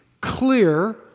clear